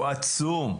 הוא עצום.